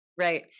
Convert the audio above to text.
Right